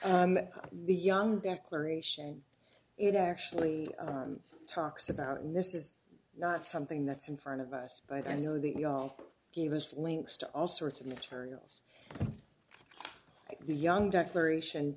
ok the young declaration it actually talks about and this is not something that's in front of us but i know that you gave us links to all sorts of materials young declaration